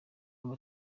aba